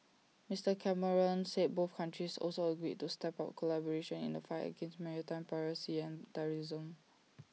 Mister Cameron said both countries also agreed to step up collaboration in the fight against maritime piracy and terrorism